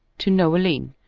to noeline.